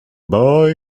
boy